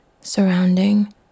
surrounding